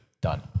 Done